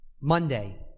Monday